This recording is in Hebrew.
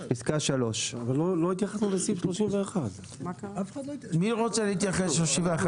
אבל לא התייחסנו לסעיף 31. מי רוצה להתייחס לסעיף 31?